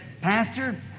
pastor